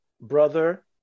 brother